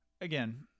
again